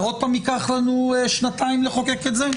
ועוד פעם ייקח לנו שנתיים לחוקק את זה?